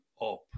up